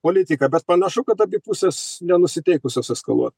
politiką bet panašu kad abi pusės nenusiteikusios eskaluot